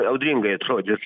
audringai atrodys